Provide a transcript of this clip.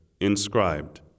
inscribed